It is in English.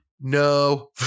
no